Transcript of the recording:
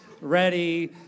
ready